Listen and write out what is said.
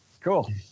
Cool